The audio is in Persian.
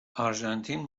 آرژانتین